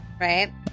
Right